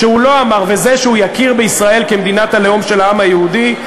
וזה שהוא יכיר בישראל כמדינת הלאום של העם היהודי.